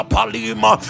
Palima